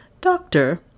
doctor